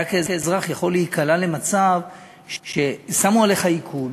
אתה כאזרח יכול להיקלע למצב ששמו עליך עיקול,